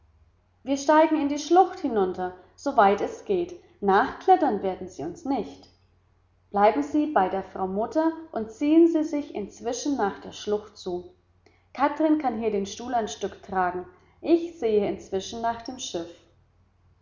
wir steigen in die schlucht hinunter so weit es geht nachklettern werden sie uns nicht bleiben sie bei der frau mutter und ziehen sie sich inzwischen nach der schlucht zu kathrin kann hier den stuhl ein stück tragen ich sehe inzwischen nach dem schiff